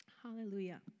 Hallelujah